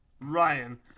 Ryan